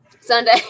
Sunday